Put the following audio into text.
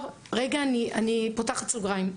אני פותחת סוגריים.